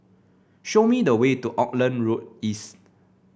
show me the way to Auckland Road East